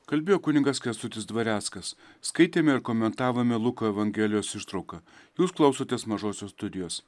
kalbėjo kunigas kęstutis dvareckas skaitėme ir komentavome luko evangelijos ištrauką jūs klausotės mažosios studijos